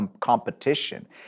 competition